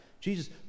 Jesus